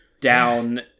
Down